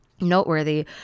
noteworthy